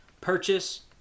PURCHASE